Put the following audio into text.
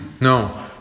No